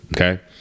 Okay